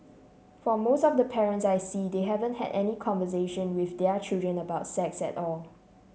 for most of the parents I see they haven't had any conversation with their children about sex at all